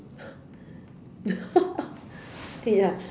ya